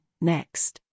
next